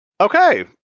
Okay